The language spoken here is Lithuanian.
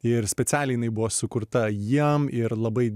ir specialiai jinai buvo sukurta jiem ir labai